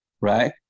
right